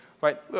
Right